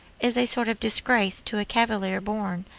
is a sort of disgrace to a cavalier born,